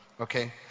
Okay